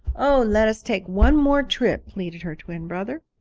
oh, let us take one more trip, pleaded her twin brother.